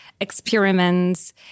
experiments